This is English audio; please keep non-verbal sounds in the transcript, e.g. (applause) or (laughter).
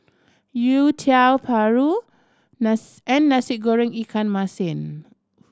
youtiao paru (unintelligible) and Nasi Goreng ikan masin